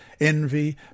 envy